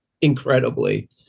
incredibly